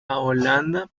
holanda